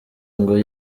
ngo